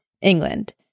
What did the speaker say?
England